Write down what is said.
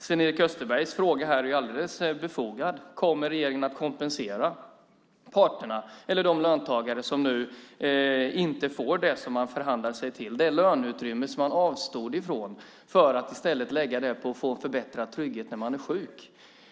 Sven-Erik Österbergs fråga här är ju alldeles befogad: Kommer regeringen att kompensera parterna eller de löntagare som nu inte får det som man förhandlat sig till, det löneutrymme som man avstod ifrån för att i stället lägga det på att få en förbättrad trygghet när man är sjuk?